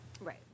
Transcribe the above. right